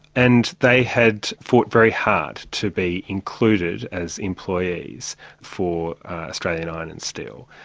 and they had fought very hard to be included as employees for australian iron and steel,